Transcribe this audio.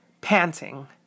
Panting